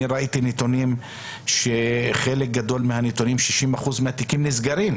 אני ראיתי נתונים ש-60% מהתיקים נסגרים,